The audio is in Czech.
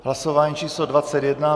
Hlasování číslo 21.